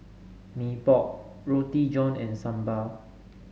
Mee Pok Roti John and Sambal